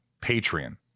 patreon